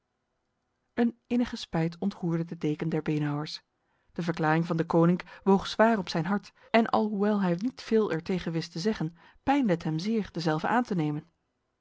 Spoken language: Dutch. een innige spijt ontroerde de deken der beenhouwers de verklaring van deconinck woog zwaar op zijn hart en alhoewel hij niet veel er tegen wist te zeggen pijnde het hem zeer dezelve aan te nemen